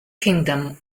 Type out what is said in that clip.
kingdom